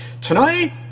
Tonight